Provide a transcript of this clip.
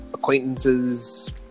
acquaintances